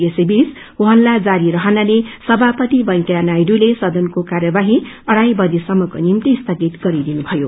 यसैवीच ह्रोइल्ला जारी रहनाले सभापति वेकैया नायडूले सदनको कार्यवाही अङ्गाई बजीसम्मको निम्ति स्थगित गरदिनुभयो